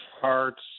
parts